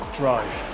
drive